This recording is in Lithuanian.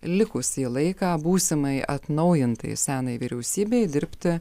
likusį laiką būsimai atnaujintai senajai vyriausybei dirbti